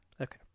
Okay